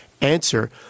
Answer